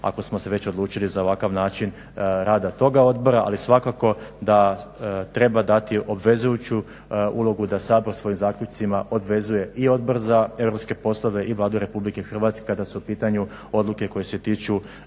ako smo se već odlučili za ovakav način rada toga odbora. Ali svakako da treba dati obvezujuću ulogu da Sabor svojim zaključcima obvezuje i Odbor za europske poslove i Vladu RH kada su u pitanju odluke koje se tiču